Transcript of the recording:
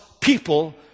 people